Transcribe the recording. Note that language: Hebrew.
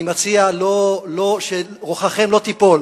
אני מציע שרוחכם לא תיפול